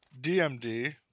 DMD